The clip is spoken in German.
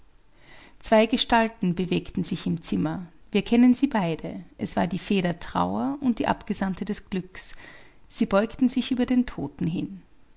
zwei gestalten bewegten sich im zimmer wir kennen sie beide es war die fee der trauer und die abgesandte des glückes sie beugten sich über den toten hin